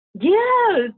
Yes